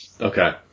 Okay